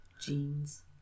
Jeans